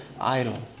idol